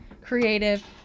creative